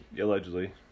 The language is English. Allegedly